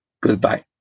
Goodbye